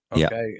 Okay